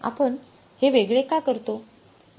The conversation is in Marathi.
आपण हे वेगळे का करतो